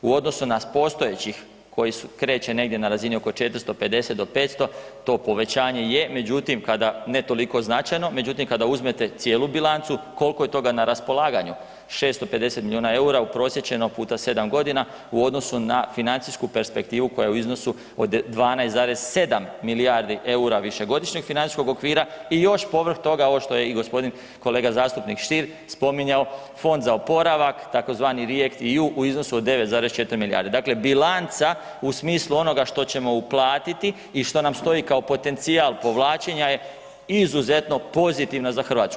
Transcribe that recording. U odnosu na postojećih koji se kreće negdje na razini oko 450 do 500, to povećanje je, međutim, kada ne toliko značajno, međutim kada uzmete cijelu bilancu kolko je toga na raspolaganju, 650 milijuna EUR-a uprosječeno puta 7.g. u odnosu na financijsku perspektivu koja je u iznosu od 12,7 milijardi EUR-a višegodišnjeg financijskog okvira i još povrh toga, ovo što je i g. kolega zastupnik Stier spominjao, Fond za oporavak tzv. ReactEU u iznosu od 9,4 milijarde, dakle bilanca u smislu onoga što ćemo uplatiti i što nam stoji kao potencijal povlačenja je izuzetno pozitivna za RH.